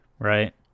Right